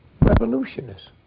revolutionists